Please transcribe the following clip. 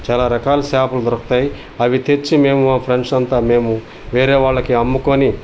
చాలా రకాల చేపలు దొరుకుతాయి అవి తెచ్చి మేము మా ఫ్రెండ్స్ అంతా మేము వేరే వాళ్ళకి అమ్ముకొని